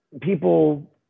people